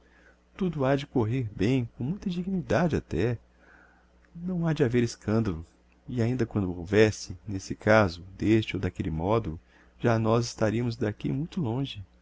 tudo ha de correr bem com muita dignidade até não ha de haver escandalo e ainda quando o houvesse n'esse caso d'este ou d'aquelle modo já nós estariamos d'aqui muito longe